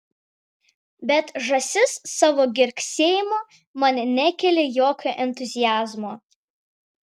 bet žąsis savo girgsėjimu man nekėlė jokio entuziazmo